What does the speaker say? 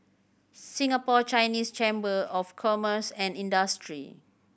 Singapore Chinese Chamber of Commerce and Industry